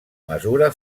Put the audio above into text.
mesura